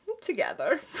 together